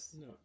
no